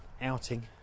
Outing